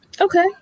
Okay